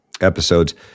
episodes